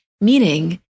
meaning